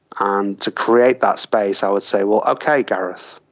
um to create that space i would say, well okay, gareth,